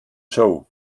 show